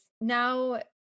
now